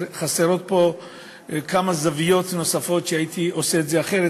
חסרות בו כמה זוויות נוספות והייתי עושה את זה אחרת,